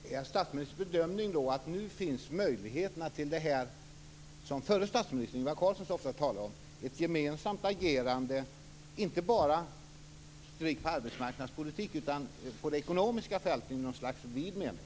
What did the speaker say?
Fru talman! Är det statsministerns bedömning att det nu finns möjligheter till det som förre statsministern Ingvar Carlsson så ofta talade om, nämligen ett gemensamt agerande inte bara strikt inom arbetsmarknadspolitiken utan också på det ekonomiska fältet i ett slags vid mening?